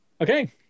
Okay